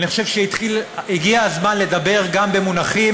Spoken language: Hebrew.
אני חושב שהגיע הזמן לדבר גם במונחים